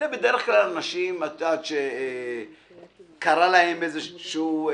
אלה בדרך כלל אנשים שקרה להם איזה ברוך.